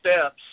steps